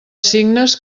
signes